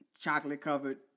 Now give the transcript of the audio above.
chocolate-covered